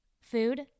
food